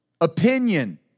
Opinion